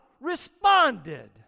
responded